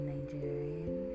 Nigerian